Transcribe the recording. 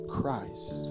Christ